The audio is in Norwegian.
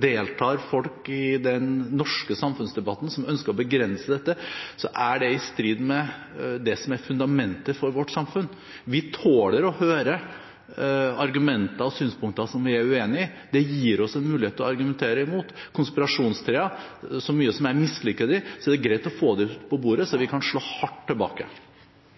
deltar folk i den norske samfunnsdebatten som ønsker å begrense dette, er det i strid med det som er fundamentet for vårt samfunn. Vi tåler å høre argumenter og synspunkter som vi er uenig i. Det gir oss en mulighet til å argumentere imot. Konspirasjonsteorier – hvor mye jeg enn misliker dem – er det greit å få på bordet, slik at vi kan slå hardt tilbake.